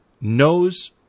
knows